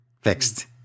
fixed